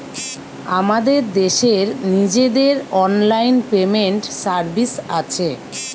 আমাদের দেশের নিজেদের অনলাইন পেমেন্ট সার্ভিস আছে